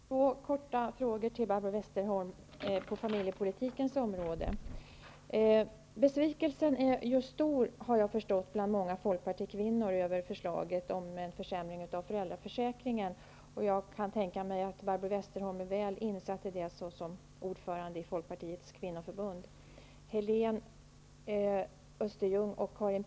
Fru talman! Jag har två korta frågor till Barbro Såvitt jag har förstått är besvikelsen stor bland många Folkpartikvinnor över förslaget om en försämring av föräldraförsäkringen. Jag kan tänka mig att Barbro Westerholm som ordförande i Folkpartiets kvinnoförbund är väl medveten om det.